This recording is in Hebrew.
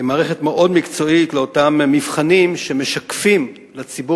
מערכת מאוד מקצועית של אותם מבחנים שמשקפים לציבור